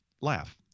laugh